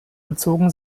bezogen